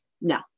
No